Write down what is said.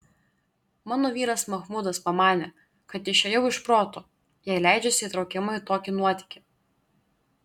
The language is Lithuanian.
mano vyras machmudas pamanė kad išėjau iš proto jei leidžiuosi įtraukiama į tokį nuotykį